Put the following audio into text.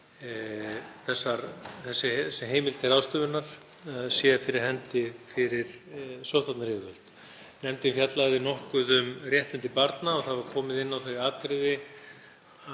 þessi heimild til ráðstafana sé fyrir hendi fyrir sóttvarnayfirvöld. Nefndin fjallaði nokkuð um réttindi barna og komið var inn á þau atriði